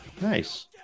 nice